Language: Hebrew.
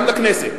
גם לכנסת,